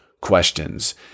questions